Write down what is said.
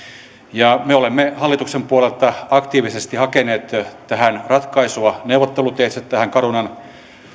me olemme hallituksen puolelta aktiivisesti hakeneet ratkaisua neuvotteluteitse tähän carunan